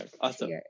awesome